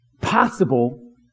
possible